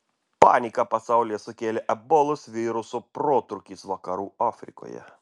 paniką pasaulyje sukėlė ebolos viruso protrūkis vakarų afrikoje